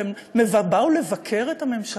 והם באו לבקר את הממשלה.